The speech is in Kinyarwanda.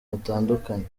batandukanye